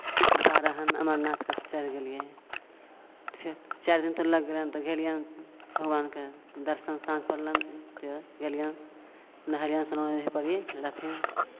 कृपा रहनि अमरनाथके तऽ चढ़ि गेलियै फेर चारि दिन तऽ लागि गेलनि तऽ गेलियनि भगवानके दर्शन साँझ पड़लनि तऽ गेलियनि नहेलियनि सुनेलियनि पड़ी रहथिन